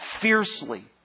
fiercely